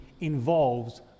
involves